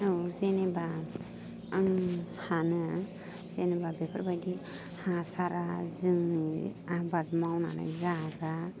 औ जेनेबा आं सानो जेनेबा बेफोरबायदि हासारआ जोंनि आबाद मावनानै जाग्रा